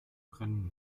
brennen